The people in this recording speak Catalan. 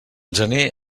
gener